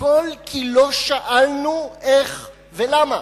הכול כי לא שאלנו איך ולמה.